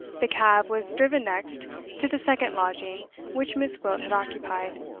the cab was driven next to the second lodging which miss gwilt had occupied,